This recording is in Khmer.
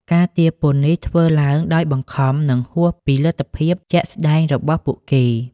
ការទារពន្ធនេះធ្វើឡើងដោយបង្ខំ និងហួសពីលទ្ធភាពជាក់ស្តែងរបស់ពួកគេ។